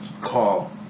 call